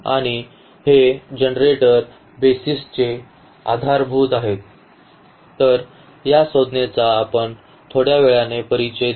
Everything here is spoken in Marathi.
आणि हे जनरेटर बेसिसचे आधारभूत आहेत तर या संज्ञेचा आपण थोड्या वेळाने परिचय देऊ